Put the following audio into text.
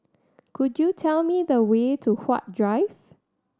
could you tell me the way to Huat Drive